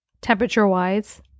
temperature-wise